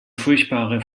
furchtbare